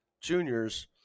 juniors